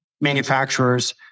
manufacturers